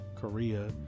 Korea